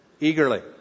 Eagerly